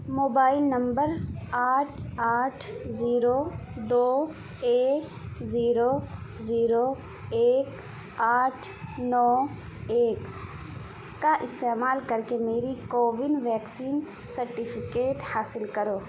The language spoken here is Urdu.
موبائل نمبر آٹھ آٹھ زیرو دو ایک زیرو زیرو ایک آٹھ نو ایک کا استعمال کر کے میری کوون ویکسین سرٹیفکیٹ حاصل کرو